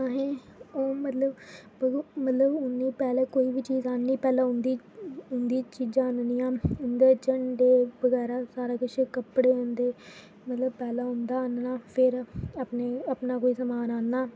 अहे्ं ओह् मतलब भग मतलब उ'नें ई पैह्लें कोई बी चीज़ आह्ननी पैह्लें उं'दी उं'दी चीज़ां आह्ननियां उं'दे झंडे बगैरा सारा किश जे कपड़े उं'दे मतलब पैह्ला उं'दा आह्नना फिर अपना अपना कोई समान आह्नना